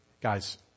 Guys